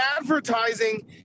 advertising